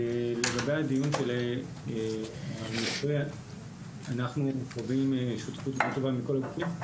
לגבי הדיון --- אנחנו חווים שותפות מאוד טובה מכל הגופים.